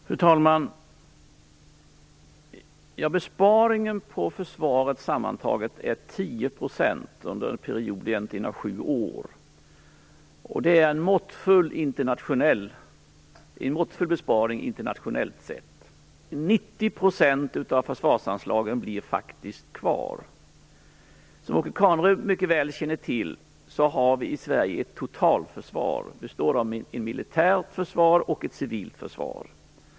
Fru talman! Besparingen inom försvaret är sammantaget 10 % under en period av 7 år. Det är en måttfull besparing internationellt sett. 90 % av försvarsanslagen blir faktiskt kvar. Som Åke Carnerö mycket väl känner till har vi i Sverige ett totalförsvar som består av ett militärt försvar och ett civilt försvar.